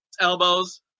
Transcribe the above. elbows